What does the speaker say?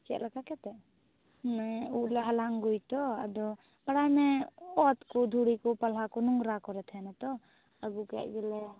ᱪᱮᱫ ᱞᱮᱠᱟ ᱠᱟᱛᱮᱫ ᱢᱟᱱᱮ ᱩᱫ ᱞᱮ ᱦᱟᱞᱟᱝ ᱟ ᱜᱩᱭ ᱛᱚ ᱟᱫᱚ ᱯᱟᱲᱟᱭᱢᱮ ᱚᱛ ᱠᱚ ᱫᱷᱩᱲᱤ ᱠᱚ ᱯᱟᱞᱦᱟ ᱠᱚ ᱱᱚᱝᱨᱟ ᱠᱚᱨᱮ ᱛᱟᱦᱮᱱᱟ ᱛᱚ ᱟ ᱜᱩ ᱠᱮᱫ ᱜᱮᱞᱮ